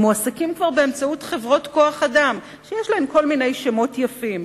הם מועסקים באמצעות חברות כוח-אדם שיש להן כל מיני שמות יפים,